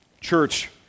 Church